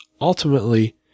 ultimately